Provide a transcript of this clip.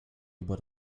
über